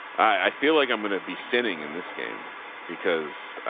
i feel like i'm going to be sitting in this game because